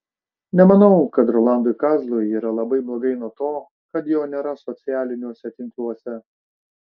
nemanau kad rolandui kazlui yra labai blogai nuo to kad jo nėra socialiniuose tinkluose